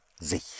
Sich